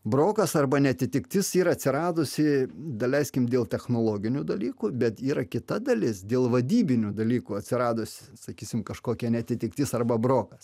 brokas arba neatitiktis yra atsiradusi daleiskim dėl technologinių dalykų bet yra kita dalis dėl vadybinių dalykų atsiradusi sakysim kažkokia neatitiktis arba brokas